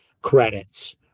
credits